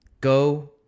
Go